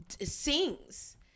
sings